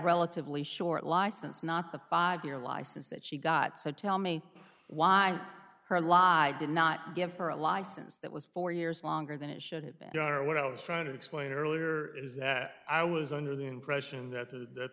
relatively short license not the five year license that she got so tell me why her lie did not give her a license that was four years longer than it should have been there are what i was trying to explain earlier is that i was under the impression that th